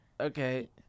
Okay